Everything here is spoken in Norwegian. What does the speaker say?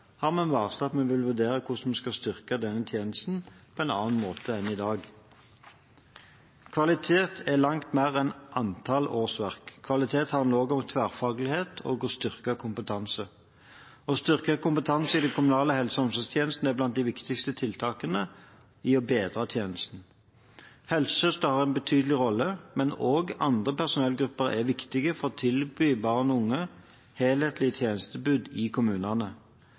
har vi varslet at vi vil vurdere hvordan vi skal styrke denne tjenesten på en annen måte enn i dag. Kvalitet er langt mer enn antall årsverk. Kvalitet handler også om tverrfaglighet og styrket kompetanse. Å styrke kompetansen i de kommunale helse- og omsorgstjenestene er blant de viktigste tiltakene for å bedre tjenestene. Helsesøster har en betydelig rolle, men også andre personellgrupper er viktige for å kunne tilby barn og unge helhetlige tjenestetilbud i kommunene.